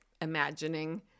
imagining